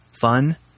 fun